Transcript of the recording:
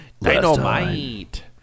Dynamite